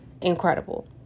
incredible